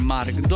Mark